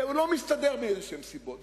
והוא לא מסתדר מאיזשהן סיבות.